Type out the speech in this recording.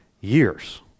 years